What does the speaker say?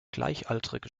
gleichaltrige